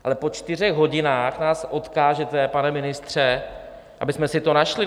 Ale po čtyřech hodinách nás odkážete, pane ministře, abychom si to našli?